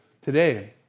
today